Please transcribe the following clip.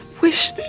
wish